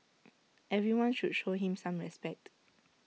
everyone should show him some respect